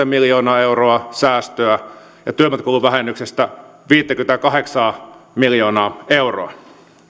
miljoonaa euroa säästöä ja työmatkakuluvähennyksestä viittäkymmentäkahdeksaa miljoonaa euroa